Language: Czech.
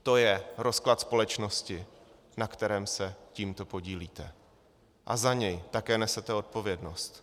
To je rozklad společnosti, na kterém se tímto podílíte, a za něj také nesete odpovědnost.